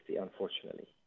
unfortunately